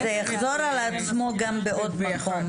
הם לא יעשו את האיזון בין חופש התנועה לבין רק,